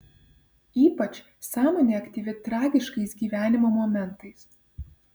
ypač sąmonė aktyvi tragiškais gyvenimo momentais